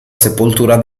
sepoltura